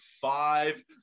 five